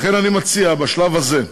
לכן, אני מציע בשלב הזה,